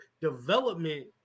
development